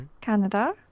Canada